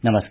नमस्कार